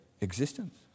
existence